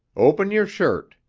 open your shirt.